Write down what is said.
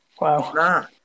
Wow